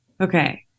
Okay